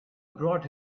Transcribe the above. brought